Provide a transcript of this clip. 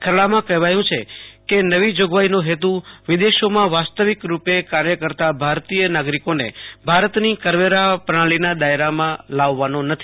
ખરડામાં કહેવાયું છે કે નવી જોગવાઈનો હેતુ વિદેશોમાં વાસ્તવિકરુપે કાર્ય કરતા ભારતીય નાગરીકોને ભારતની કરવેરા પ્રણાલીના દાયરામાં લાવવાનો નથી